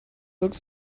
looked